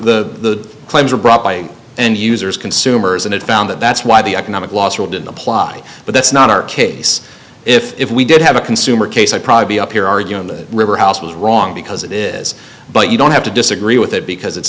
end users consumers and found that that's why the economic law school didn't apply but that's not our case if we did have a consumer case i'd probably be up here arguing that river house was wrong because it is but you don't have to disagree with it because it's